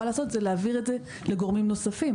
לעשות זה להעביר את זה לגורמים נוספים,